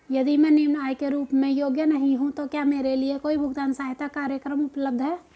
यदि मैं निम्न आय के रूप में योग्य नहीं हूँ तो क्या मेरे लिए कोई भुगतान सहायता कार्यक्रम उपलब्ध है?